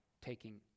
taking